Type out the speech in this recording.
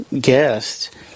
guest